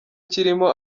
kirimo